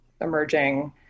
emerging